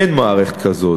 אין מערכת כזאת.